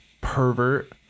pervert